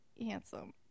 handsome